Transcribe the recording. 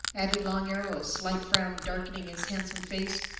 added long arrow a slight frown darkening his handsome face,